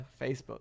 Facebook